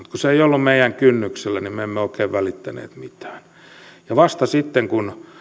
kun se ei ollut meidän kynnyksellämme niin me emme oikein välittäneet mitään ja vasta sitten kun